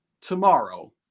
tomorrow